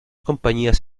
compañías